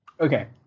Okay